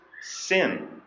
sin